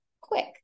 quick